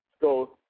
go